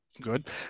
good